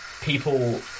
people